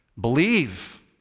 believe